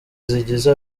zigize